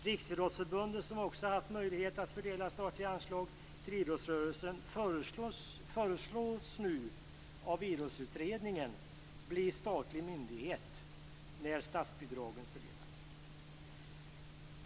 Riksidrottsförbundet, som också har haft möjlighet att fördela statliga anslag till idrottsrörelsen, föreslås nu av Idrottsutredningen bli statlig myndighet när statsbidragen fördelas.